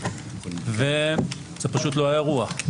וזה פשוט לא האירוע.